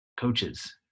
coaches